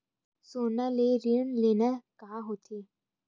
सोना ले ऋण लेना का होथे?